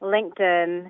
LinkedIn